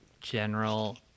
general